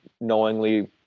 knowingly